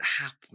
happen